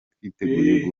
twiteguye